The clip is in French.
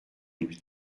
lui